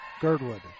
Girdwood